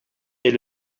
est